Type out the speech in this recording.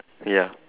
ya